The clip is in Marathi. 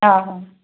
हां हां